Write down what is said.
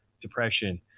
depression